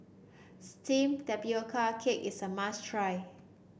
steamed Tapioca Cake is a must try